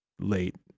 late